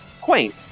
quaint